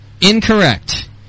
Incorrect